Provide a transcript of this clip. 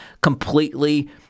completely